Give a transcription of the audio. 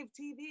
TV